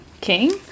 King